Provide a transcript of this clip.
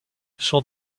son